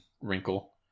wrinkle